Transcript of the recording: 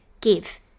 give